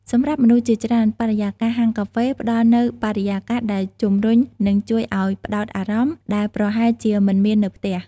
សម្រាប់មនុស្សជាច្រើន បរិយាកាសហាងកាហ្វេផ្តល់នូវ បរិយាកាសដែលជំរុញ និងជួយឱ្យផ្តោតអារម្មណ៍ ដែលប្រហែលជាមិនមាននៅផ្ទះ។